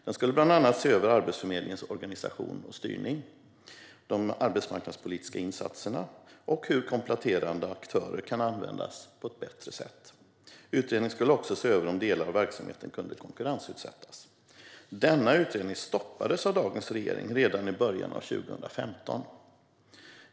Den skulle bland annat se över Arbetsförmedlingens organisation och styrning, de arbetsmarknadspolitiska insatserna och hur kompletterande aktörer kan användas på ett bättre sätt. Utredningen skulle också se över om delar av verksamheten kunde konkurrensutsättas. Denna utredning stoppades av dagens regering redan i början av 2015.